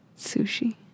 sushi